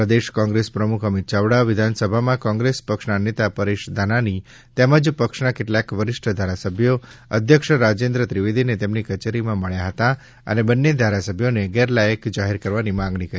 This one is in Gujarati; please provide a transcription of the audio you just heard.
પ્રદેશ કોંગ્રેસ પ્રમુખ અમિત ચાવડા વિધાનસભામાં કોંગ્રેસ પક્ષના નેતા પરેશ ધાનાણી તેમજ પક્ષના કેટલાક વરિષ્ઠ ધારાસભ્યો અધ્યક્ષ રાજેન્દ્ર ત્રિવેદીને તેમની કચેરીમાં મળ્યા હતા અને બંને ધારાસભ્યોને ગેરલાયક જાહેર કરવાની માગણી કરી હતી